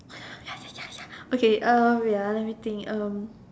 ya ya ya ya okay uh wait ah let me think um